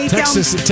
Texas